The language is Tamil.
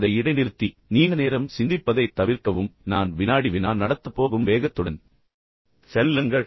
அதை இடைநிறுத்தி நீண்ட நேரம் சிந்திப்பதைத் தவிர்க்கவும் நான் வினாடி வினா நடத்தப் போகும் வேகத்துடன் செல்லுங்கள்